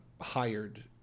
hired